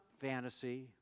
fantasy